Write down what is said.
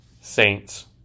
Saints